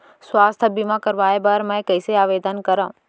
स्वास्थ्य बीमा करवाय बर मैं कइसे आवेदन करव?